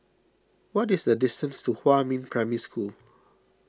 what is the distance to Huamin Primary School